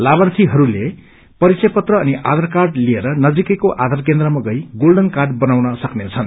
लाभार्यीहरूले परिचय पत्र अनि आयार कार्ड लिएर नजिकैको आयार केन्द्रमा गई गोल्डन कार्ड बनाउन सक्नेछन्